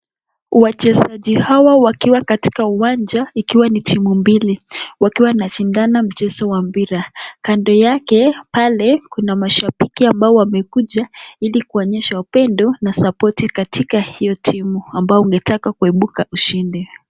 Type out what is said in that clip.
Wachezaji hawa wakiwa katika uwanja ikiwa ni timu mbili wakiwa wanashindana mchezo wa mpira kando yake pale kuna mashabiki ambao wamekuja ili kuonyesha upendo na sapoti katika hiyo timu ambayo wangetaka kuebuka ushindi.